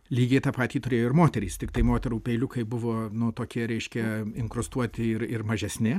lygiai tą patį turėjo ir moterys tiktai moterų peiliukai buvo nu tokie reiškia inkrustuoti ir ir mažesni